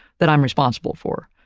that i'm responsible for.